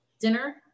dinner